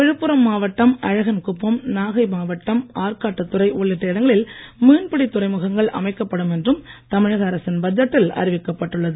விழுப்புரம் மாவட்டம் அழகன் குப்பம் நாகை மாவட்டம் ஆற்காட்டு துறை உள்ளிட்ட இடங்களில் மீன்பிடித் துறைமுகங்கள் அமைக்கப்படும் என்றும் தமிழக அரசின் பட்ஜெட்டில் அறிவிக்கப் பட்டுள்ளது